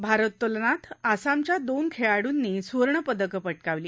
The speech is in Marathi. भारोत्तलनात असमच्या दोन खेळाडूंनी सुवर्णपदक पटकावली